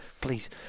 please